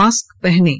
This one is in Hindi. मास्क पहनें